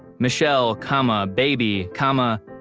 michelle, comma, baby, comma,